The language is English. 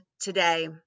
today